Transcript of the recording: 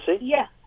Yes